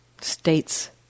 states